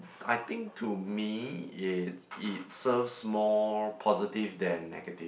I think to me it it serves more positive than negative